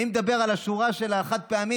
מי מדבר על השורה של החד-פעמי,